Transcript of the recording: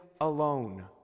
alone